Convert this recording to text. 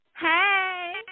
Hey